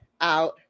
out